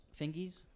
fingies